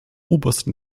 obersten